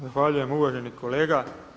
Zahvaljujem uvaženi kolega.